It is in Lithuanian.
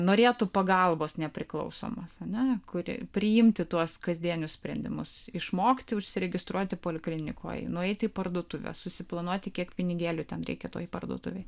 norėtų pagalbos nepriklausomos ane kuri priimti tuos kasdienius sprendimus išmokti užsiregistruoti poliklinikoj nueiti į parduotuvę susiplanuoti kiek pinigėlių ten reikia toje parduotuvėj